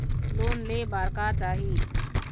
Loan ले बार का चाही?